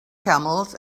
camels